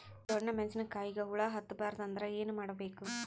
ಡೊಣ್ಣ ಮೆಣಸಿನ ಕಾಯಿಗ ಹುಳ ಹತ್ತ ಬಾರದು ಅಂದರ ಏನ ಮಾಡಬೇಕು?